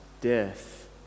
Death